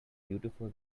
beautiful